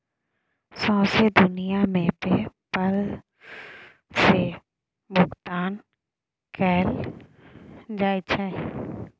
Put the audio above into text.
सौंसे दुनियाँ मे पे पल सँ भोगतान कएल जाइ छै